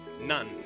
None